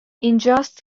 اینجاست